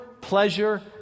pleasure